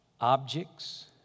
Objects